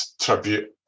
tribute